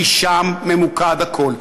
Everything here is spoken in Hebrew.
כי שם ממוקד הכול.